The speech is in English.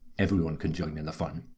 everyone can join in the fun.